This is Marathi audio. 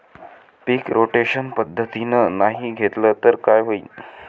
पीक रोटेशन पद्धतीनं नाही घेतलं तर काय होईन?